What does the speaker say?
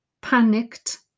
panicked